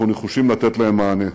אנחנו נחושים לתת להם מענה.